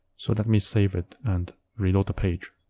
so let me save it, and reload the page.